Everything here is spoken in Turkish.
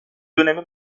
dönemi